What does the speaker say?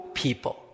people